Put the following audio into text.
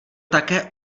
také